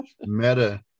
Meta